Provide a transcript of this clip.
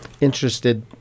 interested